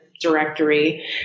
directory